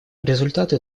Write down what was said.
результаты